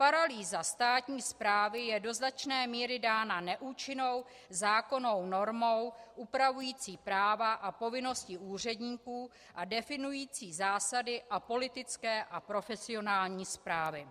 Paralýza státní správy je do značné míry dána neúčinnou zákonnou normou upravující práva a povinnosti úředníků a definující zásady a politické a profesionální správy.